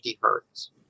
Hertz